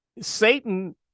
Satan